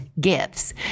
gifts